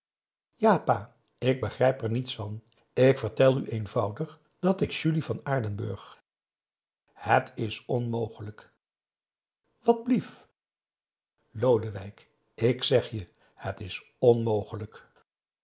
ja pa ik begrijp er niets van ik vertel u eenvoudig dat ik julie van aardenburg het is onmogelijk wat blief lodewijk ik zeg je het is onmogelijk